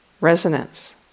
resonance